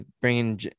bringing